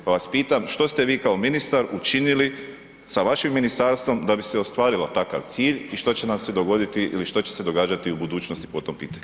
Pa vas pitam, što ste vi kao ministar učinili sa vašim ministarstvom, da bi se ostvario takav cilj i što će nam se dogoditi ili što će se događati u budućnosti po tom pitanju.